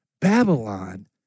Babylon